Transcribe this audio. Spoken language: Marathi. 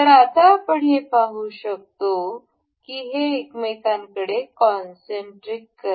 आता आपण हे पाहू शकतो की हे एकमेकांकडे कॉनसेंटरिक करते